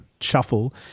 shuffle